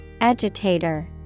Agitator